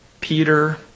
Peter